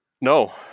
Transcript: no